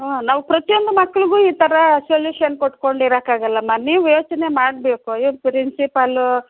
ಹಾಂ ನಾವು ಪ್ರತಿಯೊಂದು ಮಕ್ಕಳಿಗೂ ಈ ಥರ ಸೊಲ್ಯೂಷನ್ ಕೊಟ್ಕೊಂಡು ಇರೋಕ್ಕಾಗಲ್ಲಮ್ಮ ನೀವು ಯೋಚನೆ ಮಾಡಬೇಕು ಈ ಪ್ರಿನ್ಸಿಪಾಲು